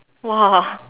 !wah!